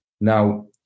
Now